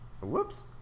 Whoops